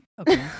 okay